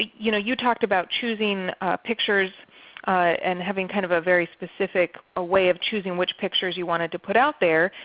you know you talked about choosing pictures and having kind of a very specific ah way of choosing which pictures you wanted to put out there.